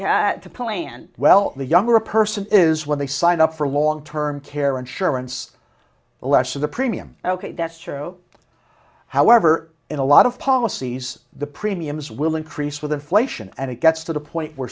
point and well the younger person is when they sign up for long term care insurance the less of the premium ok that's true however in a lot of policies the premiums will increase with inflation and it gets to the point where